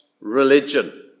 religion